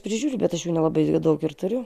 prižiūriu bet aš jų nelabai daug ir turiu